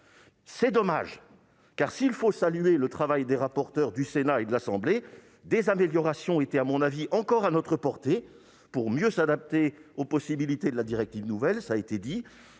C'est dommage, car s'il faut saluer le travail des rapporteurs du Sénat et de l'Assemblée, des améliorations étaient, à mon avis, encore à notre portée, pour mieux s'adapter aux possibilités de la directive nouvelle, comme cela a été dit.